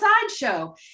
sideshow